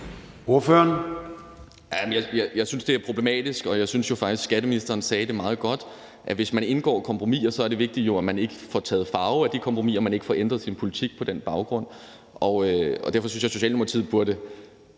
Jeg synes, det er problematisk, og jeg synes faktisk, at skatteministeren sagde det meget godt: Hvis man indgår kompromiser, er det vigtige jo, at man ikke får taget farve af de kompromiser, og at man ikke ændrer sin politik på den baggrund. Derfor synes jeg, Socialdemokratiet burde